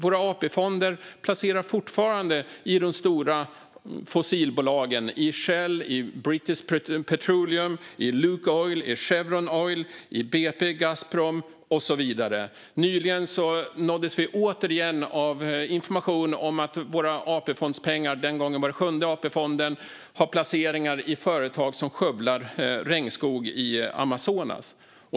Våra AP-fonder placerar fortfarande i de stora fossilbolagen - Shell, British Petroleum, Lukoil, Chevron, Gazprom och så vidare. Och nyligen nåddes vi återigen av information om att Sjunde AP-fonden, den gången, har placeringar i företag som skövlar regnskog i Amazonas.